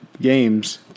games